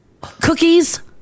Cookies